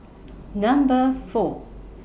Number four